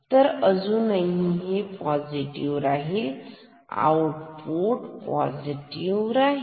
तर अजुनही हे पॉझिटिव आहे म्हणून आऊटपुट पोसिटीव्ह राहील